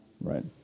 Right